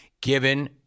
given